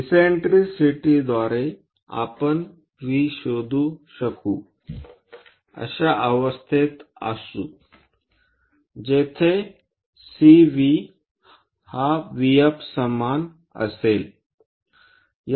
इससेन्ट्रिसिटीद्वारे आपण V शोधू शकू अशा अवस्थेत असू जेथे CV हा VF समान असेल